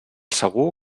segur